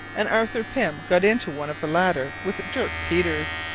and arthur pym got into one of the latter with dirk peters.